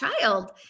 child